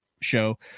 show